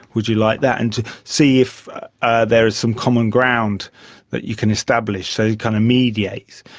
would you like that? and to see if there is some common ground that you can establish, so you kind of mediate.